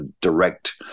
direct